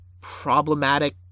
problematic